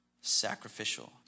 sacrificial